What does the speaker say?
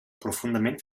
profundament